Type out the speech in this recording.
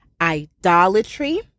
idolatry